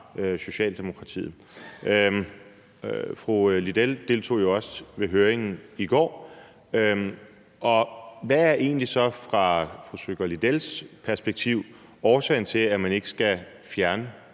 fra Socialdemokratiet. Fru Linea Søgaard-Lidell deltog jo også ved høringen i går. Hvad er egentlig så fra fru Linea Søgaard-Lidells perspektiv årsagen til, at man ikke skal fjerne